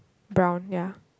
brown ya